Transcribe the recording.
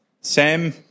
Sam